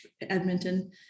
Edmonton